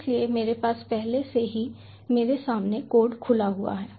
इसलिए मेरे पास पहले से ही मेरे सामने कोड खुला हुआ है